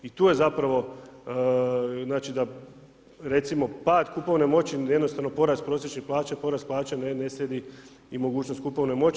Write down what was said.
I tu je zapravo, znači, da recimo pad kupovne moći, jednostavno porast prosječnih plaća, porast plaća ne sjedi i mogućnost kupovne moći.